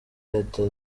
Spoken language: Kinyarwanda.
leta